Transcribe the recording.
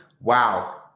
Wow